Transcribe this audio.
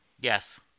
Yes